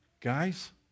Guys